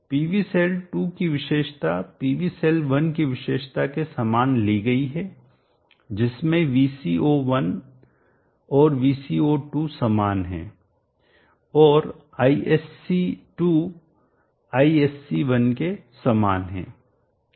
PV cell 2 की विशेषता PV cell 1 की विशेषता के समान ली गई है जिसमें VOC1 और VOC 2 समान है और ISC2 ISC1 के समान है